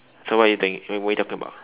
so what are you doing what are you talking about